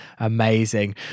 Amazing